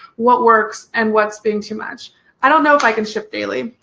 what works and what's being too much i don't know if i can ship daily,